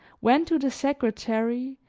went to the secretary,